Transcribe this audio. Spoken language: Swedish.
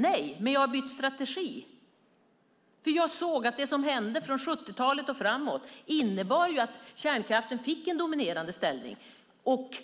Nej, men jag har bytt strategi, för jag såg att det som hände från 70-talet och framåt innebar att kärnkraften fick en dominerande ställning, och